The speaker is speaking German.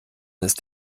ist